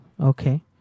Okay